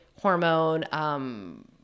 hormone